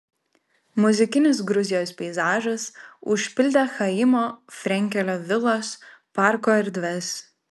muzikinis gruzijos peizažas užpildė chaimo frenkelio vilos parko erdves